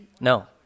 No